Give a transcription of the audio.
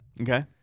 Okay